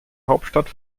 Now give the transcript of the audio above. hauptstadt